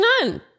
none